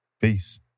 Peace